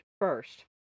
first